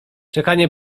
czekanie